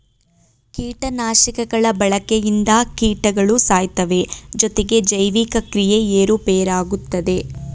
ಕೀಟನಾಶಕಗಳ ಬಳಕೆಯಿಂದ ಕೀಟಗಳು ಸಾಯ್ತವೆ ಜೊತೆಗೆ ಜೈವಿಕ ಕ್ರಿಯೆ ಏರುಪೇರಾಗುತ್ತದೆ